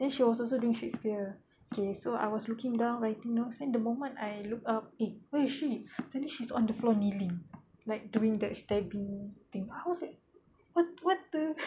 then she was also doing shakespeare okay so I was looking down writing notes then the moment I looked up eh where is she then she's on the floor kneeling like doing the stabbing thing I was like what what the